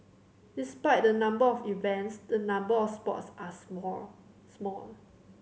despite the number of events the number of sports are small small